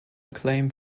acclaim